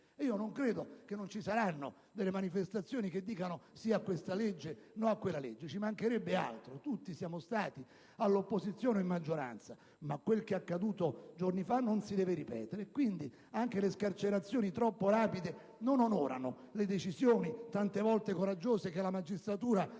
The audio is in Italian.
e non credo che non ci saranno delle manifestazioni contro o a favore di una legge o di un'altra. Ci mancherebbe altro. Tutti siamo stati minoranza e maggioranza. Ma quel che è accaduto giorni fa non si deve ripetere. Anche le scarcerazioni troppo rapide non onorano le decisioni tante volte coraggiose che la magistratura ha assunto,